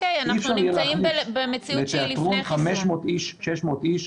אנחנו נמצאים במציאות שהיא לפני חיסון.